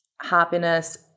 happiness